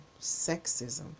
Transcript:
sexism